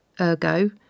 ERGO